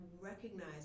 recognize